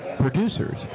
producers